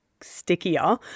stickier